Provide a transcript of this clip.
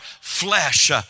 flesh